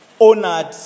honored